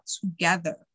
together